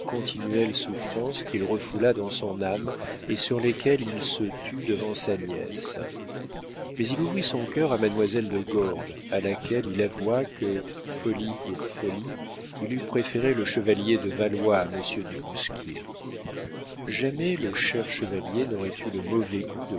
souffrances qu'il refoula dans son âme et sur lesquelles il se tut devant sa nièce mais il ouvrit son cœur à mademoiselle de gordes à laquelle il avoua que folie pour folie il eût préféré le chevalier de valois à monsieur du bousquier jamais le cher chevalier n'aurait eu le mauvais goût